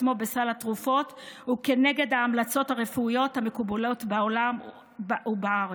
עצמו בסל התרופות וכנגד ההמלצות הרפואיות המקובלות בארץ ובעולם